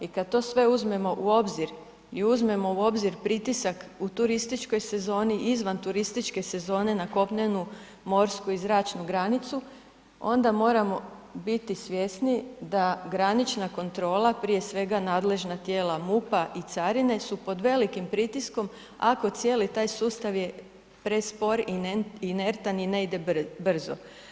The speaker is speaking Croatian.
I kad sve to uzmemo u obzir i uzmemo u obzir pritisak u turističkoj sezoni i izvan turističke sezone na kopnenu, morsku i zračnu granicu, onda moramo biti svjesni da granična kontrola, prije svega nadležna tijela MUP-a i carine su pod velikim pritiskom, ako cijeli taj sustav je prespor, inertan i ne ide brzo.